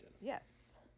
yes